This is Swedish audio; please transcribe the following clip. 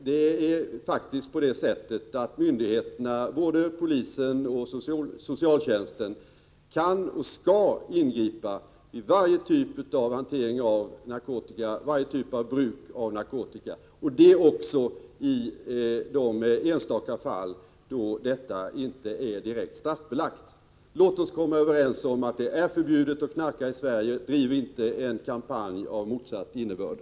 Det är faktiskt på det sättet att myndigheterna, både polisen och socialtjänsten, kan och skall ingripa vid varje typ av bruk av narkotika, och det också i de enstaka fall då detta inte är direkt straffbelagt. Låt oss komma överens om att det är förbjudet att knarka i Sverige. Driv inte en kampanj av motsatt innebörd!